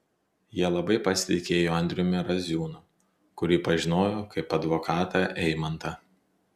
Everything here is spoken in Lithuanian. jie labai pasitikėjo andriumi raziūnu kurį pažinojo kaip advokatą eimantą